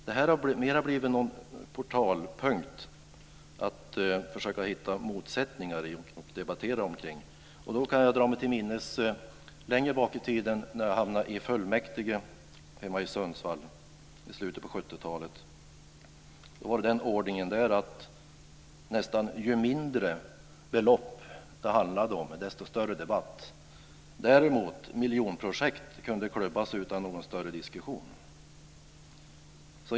Det här har mer blivit en portalpunkt, att försöka hitta motsättningar att debattera kring. Då kan jag dra mig till minnes längre bak i tiden när jag hamnade i fullmäktige hemma i Sundsvall i slutet av 70-talet. Då var det den ordningen där att nästan ju mindre belopp som det handlade om, desto större debatt blev det. Däremot kunde man klubba igenom miljonprojekt utan någon större diskussion.